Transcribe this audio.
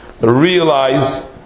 realize